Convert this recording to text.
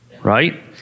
Right